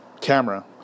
camera